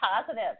positive